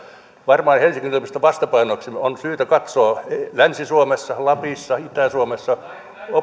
varmaan helsingin yliopiston vastapainoksi on syytä katsoa länsi suomessa lapissa itä suomessa